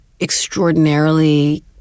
extraordinarily